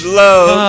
love